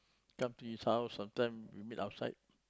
come to his house sometime we meet outside